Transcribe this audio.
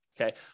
Okay